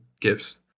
gifts